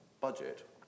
budget